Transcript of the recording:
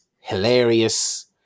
hilarious